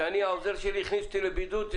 כי העוזר שלי הכניס אותי לבידוד,